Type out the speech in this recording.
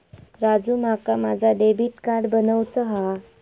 राजू, माका माझा debit card बनवूचा हा